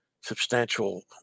substantial